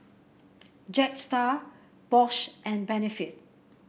Jetstar Bosch and Benefit